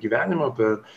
gyvenimą per